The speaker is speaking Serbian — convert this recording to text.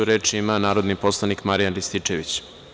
Reč ima narodni poslanik Marijan Rističević.